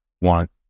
want